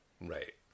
Right